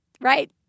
Right